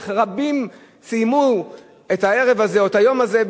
ורבים סיימו את הערב הזה או את היום הזה,